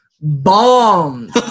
bombs